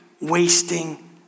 wasting